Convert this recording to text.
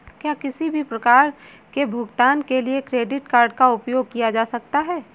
क्या किसी भी प्रकार के भुगतान के लिए क्रेडिट कार्ड का उपयोग किया जा सकता है?